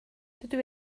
dydw